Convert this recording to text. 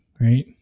right